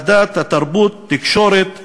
הדת, התרבות, התקשורת והתכנון,